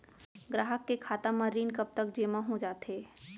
ग्राहक के खाता म ऋण कब तक जेमा हो जाथे?